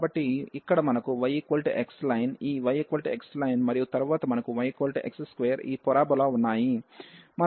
కాబట్టి ఇక్కడ మనకు yx లైన్ ఈ yx లైన్ మరియు తరువాత మనకు yx2 ఈ పారాబొలా ఉన్నాయి